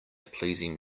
pleasing